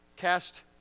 Cast